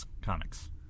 comics